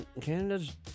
Canada's